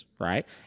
Right